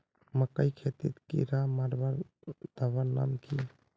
मकई खेतीत कीड़ा मारवार दवा नाम की?